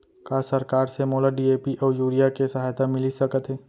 का सरकार से मोला डी.ए.पी अऊ यूरिया के सहायता मिलिस सकत हे?